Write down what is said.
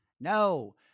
No